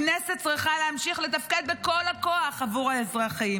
הכנסת צריכה להמשיך לתפקד בכל הכוח עבור האזרחים.